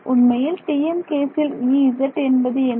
உண்மையில் TM கேசில் Ez என்பது என்ன